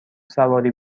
سواری